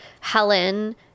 Helen